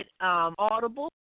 Audible